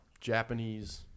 Japanese